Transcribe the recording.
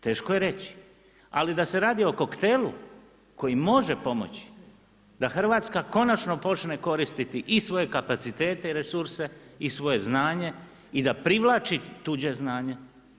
Teško je reći, ali da se radi o koktelu, koji može pomoći, da Hrvatska konačno počne koristiti i svoje kapacitete i resurse i svoje znanje i da privlači tuđe znanje.